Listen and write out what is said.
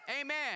Amen